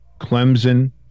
Clemson